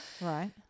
Right